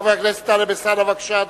חבר הכנסת טלב אלסאנע, בבקשה,